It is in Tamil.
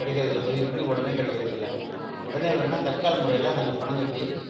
கிடைக்கறதில்ல பதிவு பண்ணி உடனே கிடைக்கிறது இல்லை உடனே வேணுனால் தட்கால் முறையில் நாங்கள் பணம் கட்டி